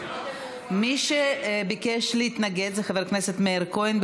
מי שביקש להתנגד זה חבר הכנסת מאיר כהן.